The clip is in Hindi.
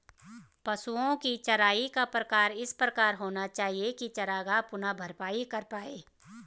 पशुओ की चराई का प्रकार इस प्रकार होना चाहिए की चरागाह पुनः भरपाई कर पाए